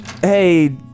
Hey